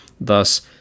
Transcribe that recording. Thus